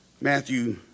Matthew